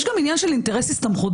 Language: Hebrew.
יש גם עניין של אינטרס הסתמכות.